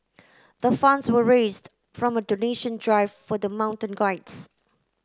the funds were raised from a donation drive for the mountain guides